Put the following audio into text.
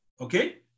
okay